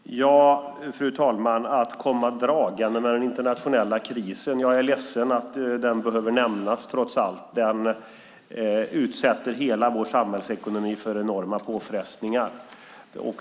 Fru talman! Matilda Ernkrans säger att jag kommer dragande med den internationella krisen. Jag är ledsen att den trots allt behöver nämnas. Den utsätter hela vår samhällsekonomi för enorma påfrestningar.